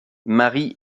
mary